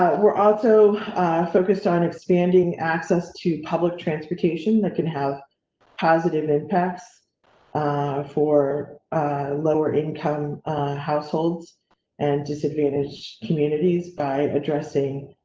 we're also focused on expanding access to public transportation that can have positive impacts for lower income households and disadvantage communities by addressing.